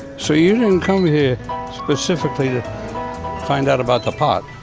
so you didn't come here specifically to find out about the pot?